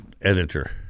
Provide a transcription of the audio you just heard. editor